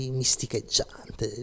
misticheggiante